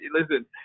listen